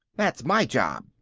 that's my job,